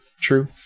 true